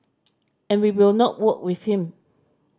and we will not work with him